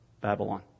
Babylon